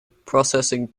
processing